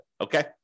Okay